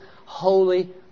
holy